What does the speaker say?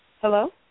Hello